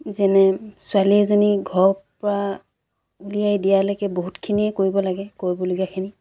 যেনে ছোৱালী এজনী ঘৰৰপৰা উলিয়াই দিয়ালৈকে বহুতখিনিয়ে কৰিব লাগে কৰিবলগীয়াখিনি